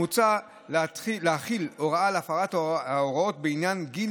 מוצע להחיל הוראה על הפרת ההוראות בעניין גיל